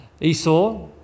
Esau